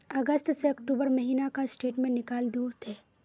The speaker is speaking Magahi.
अगस्त से अक्टूबर महीना का स्टेटमेंट निकाल दहु ते?